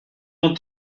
ont